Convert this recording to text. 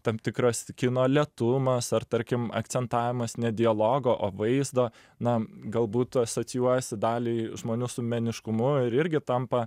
tam tikras kino lėtumas ar tarkim akcentavimas ne dialogo o vaizdo na galbūt asocijuojasi daliai žmonių su meniškumu ir irgi tampa